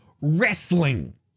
wrestling